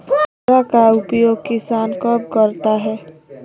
फावड़ा का उपयोग किसान कब करता है?